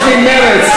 מונית?